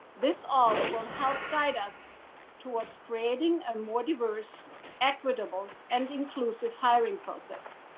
this all will help guide us towards creating a more diverse equitable and inclusive hiring process.